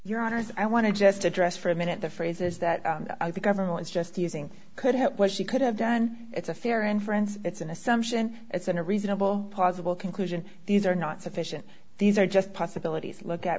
your honors i want to just address for a minute the phrases that the government's just using could have what she could have done it's a fair inference it's an assumption it's a reasonable possible conclusion these are not sufficient these are just possibilities look at